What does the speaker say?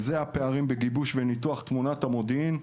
זה לגבי הפערים בגיבוש ובניתוח תמונת המודיעין.